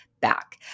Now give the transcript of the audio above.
back